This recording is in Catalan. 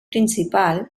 principal